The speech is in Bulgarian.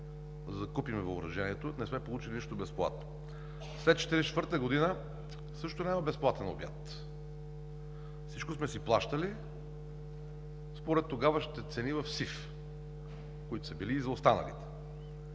за да купим въоръжението. Не сме получили нищо безплатно. След 1944 г. също няма безплатен обяд. Всичко сме си плащали според тогавашните цени в СИВ, които са били и за останалите.